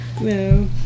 No